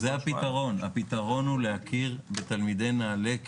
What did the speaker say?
הפתרון הוא להכיר בתלמידי נעל"ה כעולים.